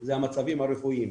זה המצבים הרפואיים.